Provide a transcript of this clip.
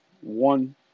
one